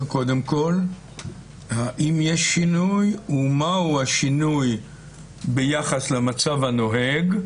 קודם כול האם יש שינוי ומהו השינוי ביחס למצב הנוהג,